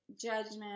judgment